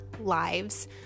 lives